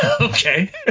Okay